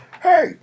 Hey